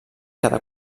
cada